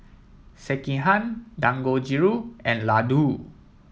Sekihan Dangojiru and Ladoo